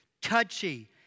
touchy